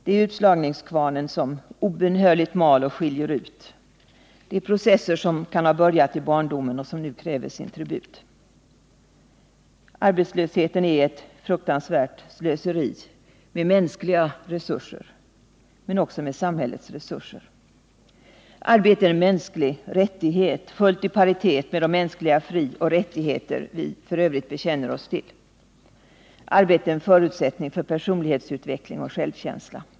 Det är utslagningskvarnen som obönhörligt mal och skiljer ut. Det är processer som kan ha börjat i barndomen och som nu kräver sin tribut. Arbetslösheten är ett fruktansvärt slöseri med mänskliga resurser men också med samhällets resurser. Arbete är en mänsklig rättighet — fullt i paritet med de mänskliga frioch rättigheter vi f. ö. bekänner oss till. Arbete är en förutsättning för personlighetsutveckling och självkänsla.